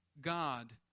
God